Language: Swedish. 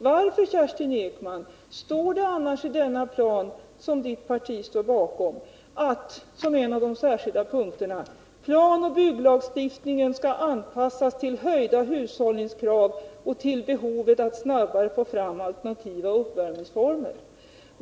Varför står det annars i avvecklingsplanen, som Kerstin Ekmans parti står bakom, som en särskild punkt att planoch bygglagstiftningen skall anpassas till höjda hushållningskrav och till behovet att snabbare få fram alternativa uppvärmningsformer?